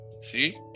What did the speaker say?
See